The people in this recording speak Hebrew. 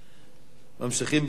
ממשיכים בסדר-היום: